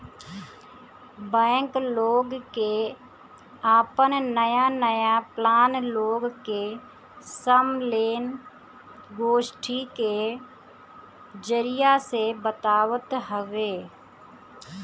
bank लोग के आपन नया नया प्लान लोग के सम्मलेन, गोष्ठी के जरिया से बतावत हवे